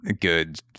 good